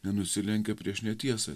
nenusilenkia prieš netiesą